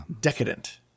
decadent